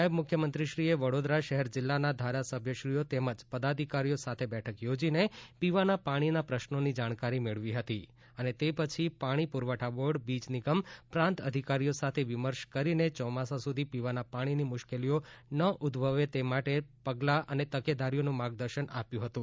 નાયબ મુખ્યમંત્રીશ્રીએ વડોદરા શહેર જિલ્લાના ધારાસભ્યશ્રીઓ તેમજ પદાધિકારીઓ સાથે બેઠક યોજીને પીવાના પાણીના પ્રશ્રોની જાણકારી મેળવી હતી અને તે પછી પાણી પુરવઠા બોર્ડ વીજ નિગમ પ્રાંત અધિકારીઓ સાથે વિમર્શ કરીને ચોમાસા સુધી પીવાના પાણીની મુશ્કેલીઓ ન ઉદ્દભવે તે માટે લેવાના પગલાં અને તકેદારીઓનું માર્ગદર્શન આપ્યુ હતું